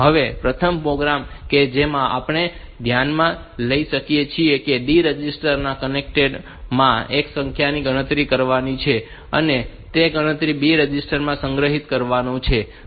હવે પ્રથમ પ્રોગ્રામ કે જેને આપણે ધ્યાનમાં લઈએ છીએ તે D રજિસ્ટર ના કન્ટેન્ટ માં એક ની સંખ્યાઓની ગણતરી કરવાનો છે અને તે ગણતરીને B રજિસ્ટર માં સંગ્રહિત કરવાનો છે